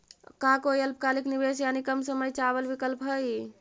का कोई अल्पकालिक निवेश यानी कम समय चावल विकल्प हई?